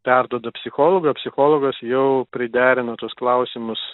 perduoda psichologui o psichologas jau priderina tuos klausimus